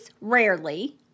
rarely